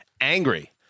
angry